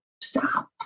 stop